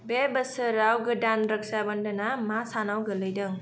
बे बोसोराव गोदान रक्सा बन्दोना मा सानाव गोलैदों